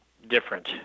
different